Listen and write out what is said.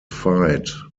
fight